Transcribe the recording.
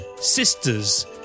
sister's